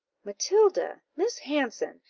matilda! miss hanson!